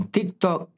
TikTok